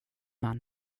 man